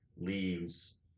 leaves